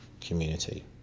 community